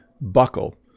buckle